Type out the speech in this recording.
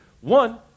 One